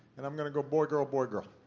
and i'm going to go boy-girl-boy-girl.